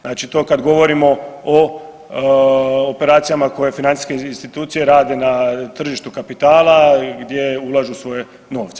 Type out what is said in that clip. Znači to kad govorimo o operacijama koje financijske institucije rade na tržištu kapitala gdje ulažu svoje novce.